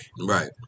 Right